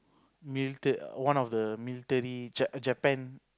military one of the military Ja~ Japan